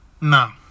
no